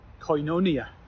Koinonia